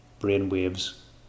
brainwaves